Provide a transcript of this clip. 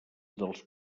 dels